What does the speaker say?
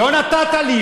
לא נתת לי.